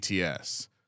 ATS